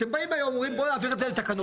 אתם באים היום, אומרים בואו נעביר את זה לתקנות.